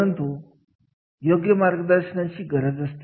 परंतु यासाठी योग्य मार्गदर्शनाची गरज असते